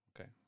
okay